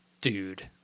dude